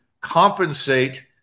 compensate